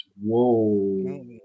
Whoa